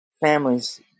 families